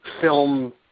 film